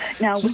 Now